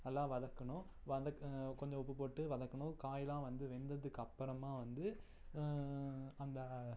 நல்லா வதக்கணும் வதக்கின கொஞ்சம் உப்பு போட்டு வதக்கணும் காய்லாம் வந்து வெந்ததுக்கப்பறமாக வந்து அந்த